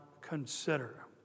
consider